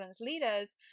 leaders